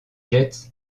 jets